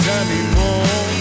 anymore